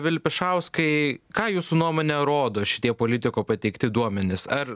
vilpišauskai ką jūsų nuomone rodo šitie politiko pateikti duomenis ar